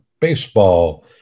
Baseball